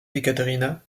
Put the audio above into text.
ekaterina